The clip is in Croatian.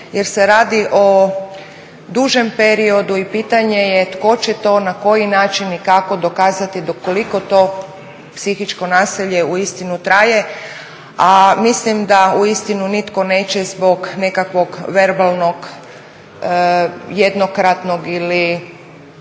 jer se radi o dužem periodu i pitanje je tko će to, na koji način i kako dokazati koliko to psihičko nasilje uistinu traje, a mislim da uistinu nitko neće zbog nekakvog verbalnog jednokratnog ili